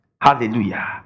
Hallelujah